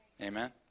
amen